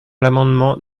l’amendement